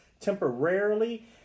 temporarily